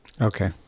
Okay